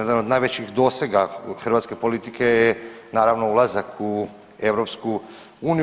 Jedan od najvećih dosega hrvatske politike naravno ulazak u EU.